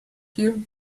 here